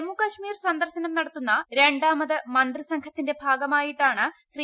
ജമ്മുകാശ്മീർ സന്ദർശനം നടത്തുന്ന രണ്ടാമത് മന്ത്രി സംഘത്തിന്റെ ഭാഗമായിട്ടാണ് ശ്രീ